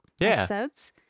episodes